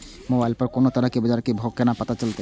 Mobile पर कोनो तरह के बाजार के भाव केना पता चलते?